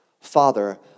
Father